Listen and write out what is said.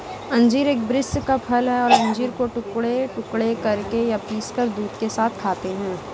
अंजीर एक वृक्ष का फल है और अंजीर को टुकड़े टुकड़े करके या पीसकर दूध के साथ खाते हैं